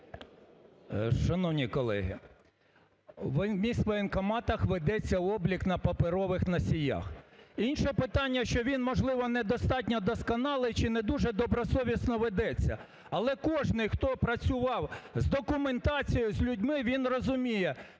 Шановні колеги, в міськвоєнкоматах ведеться облік на паперових носіях. Інше питання, що він можливо недостатньо досконалий чи не дуже добросовісно ведеться. Але кожний, хто працював з документацією, з людьми, він розуміє,